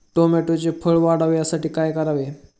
टोमॅटोचे फळ वाढावे यासाठी काय करावे?